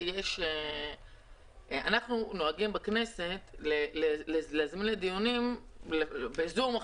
אנחנו נוהגים בכנסת להזמין לדיונים בזום,